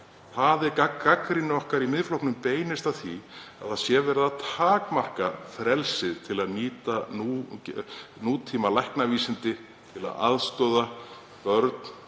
Gagnrýni okkar í Miðflokknum beinist að því að verið sé að takmarka frelsi til að nýta nútímalæknavísindi til að aðstoða börn